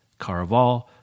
Caraval